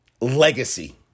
Legacy